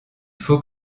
faut